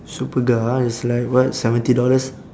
superga ah it's like what seventy dollars